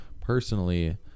personally